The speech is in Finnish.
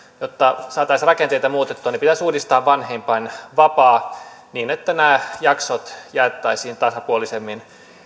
jotta saataisiin rakenteita muutettua niin pitäisi uudistaa vanhempainvapaa niin että nämä jaksot jaettaisiin tasapuolisemmin